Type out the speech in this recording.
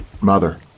mother